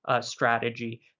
strategy